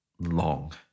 long